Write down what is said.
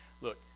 Look